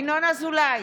ינון אזולאי,